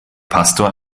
pastor